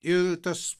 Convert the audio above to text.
ir tas